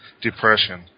depression